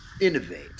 innovate